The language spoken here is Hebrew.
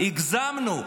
הגזמנו.